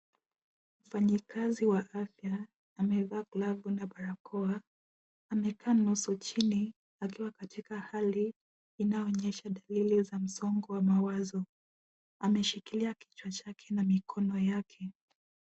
Mfanyikazi wa afya amevaa glavu na barakoa amekaa nusu chini akiwa katika hali inayoonyesha dalili za msongo wa mawazo. Ameshikilia kichwa chake na mikono yake.